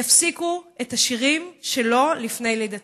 יפסיקו את השירים שלו לפני לידתם.